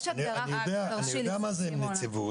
אני יודע מה זו נציבות.